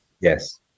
yes